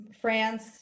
France